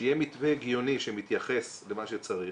שיהיה מתווה הגיוני שמתייחס למה שצריך.